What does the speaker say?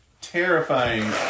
terrifying